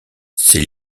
ces